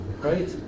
right